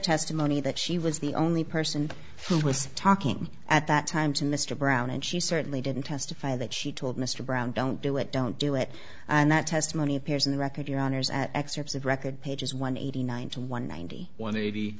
testimony that she was the only person who was talking at that time to mr brown and she certainly didn't testify that she told mr brown don't do it don't do it and that testimony appears in the record your honour's at excerpts of record pages one hundred ninety one ninety one eighty